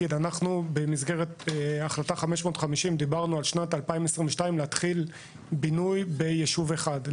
במסגרת החלטה 550 דיברנו על שנת 2022 שבה נתחיל בינוי ביישוב אחד.